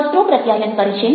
વસ્ત્રો પ્રત્યાયન કરે છે